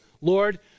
Lord